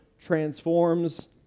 transforms